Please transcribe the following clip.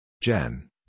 Jen